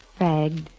Fagged